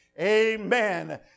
amen